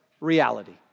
reality